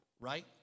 right